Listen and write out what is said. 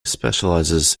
specializes